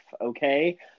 okay